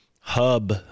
hub